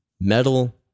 metal